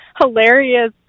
hilarious